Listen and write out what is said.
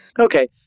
Okay